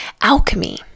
Alchemy